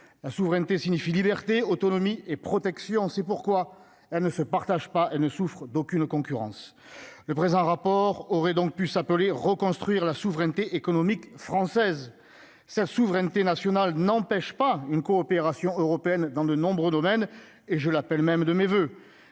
la souveraineté signifie liberté autonomie et protection, c'est pourquoi elle ne se partage pas, elle ne souffre d'aucune concurrence le présent rapport aurait donc pu s'appeler reconstruire la souveraineté économique française, sa souveraineté nationale, n'empêche pas une coopération européenne dans de nombreux domaines et je l'appelle même de mes voeux,